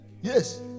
Yes